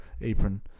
apron